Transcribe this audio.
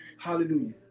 Hallelujah